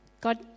God